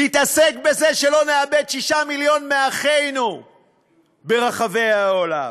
תתעסק בזה, שלא נאבד 6 מיליון מאחינו ברחבי העולם.